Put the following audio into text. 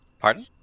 Pardon